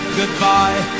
goodbye